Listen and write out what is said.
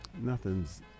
Nothing's